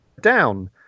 down